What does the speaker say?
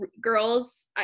girls